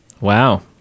wow